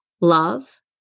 love